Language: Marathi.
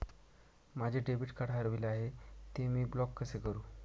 माझे डेबिट कार्ड हरविले आहे, ते मी ब्लॉक कसे करु?